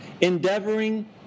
endeavoring